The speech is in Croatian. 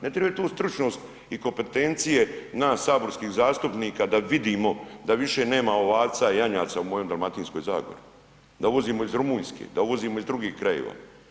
Ne treba tu stručnost i kompetencije nas saborskih zastupnika da vidimo da više nema ovaca, janjaca u mojoj Dalmatinskoj zagori, da uvozimo iz Rumunjske, da uvozimo iz drugih krajeva.